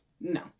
no